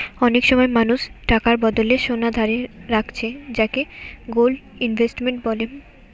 অনেক সময় মানুষ টাকার বদলে সোনা ধারে রাখছে যাকে গোল্ড ইনভেস্টমেন্ট বলে